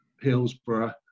Hillsborough